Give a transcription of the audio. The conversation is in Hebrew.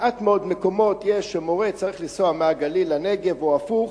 מעט מאוד מקומות יש שהמורה צריך לנסוע מהגליל לנגב או הפוך,